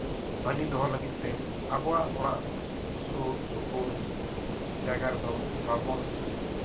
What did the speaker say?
ᱵᱷᱟᱞᱮ ᱫᱚᱦᱚ ᱞᱟᱹᱜᱤᱫ ᱛᱮ ᱟᱵᱚᱣᱟᱜ ᱚᱲᱟᱜ ᱥᱩᱨᱼᱥᱩᱯᱩᱨ ᱡᱟᱭᱜᱟ ᱨᱮᱫᱚ ᱵᱟᱵᱚᱱ